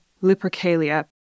Lupercalia